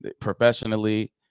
professionally